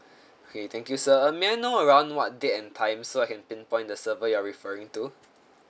okay thank you sir uh may I know around what date and time so I can pinpoint the server you're referring to